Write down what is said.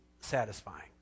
satisfying